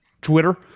Twitter